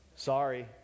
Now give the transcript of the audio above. Sorry